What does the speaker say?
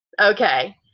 okay